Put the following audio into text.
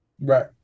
Right